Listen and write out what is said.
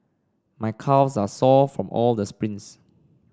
my calves are sore from all the sprints